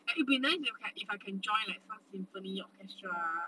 like it will be nice like if like I can join like some symphony orchestra